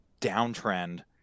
downtrend